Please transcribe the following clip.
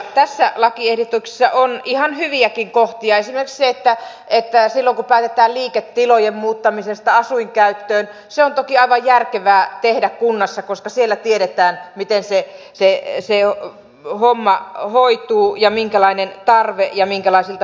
tässä lakiehdotuksessa on ihan hyviäkin kohtia esimerkiksi se että silloin kun päätetään liiketilojen muuttamisesta asuinkäyttöön se on toki aivan järkevää tehdä kunnassa koska siellä tiedetään miten se homma hoituu ja minkälainen tarve on ja minkälaisilta paikoilta